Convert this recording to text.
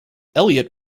elliott